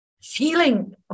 feeling